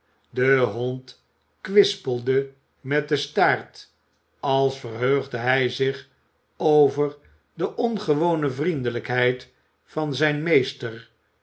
de hond kwispelde met den staart als verheugde hij zich over de ongewone vriendelijkheid van zijn meester